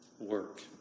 work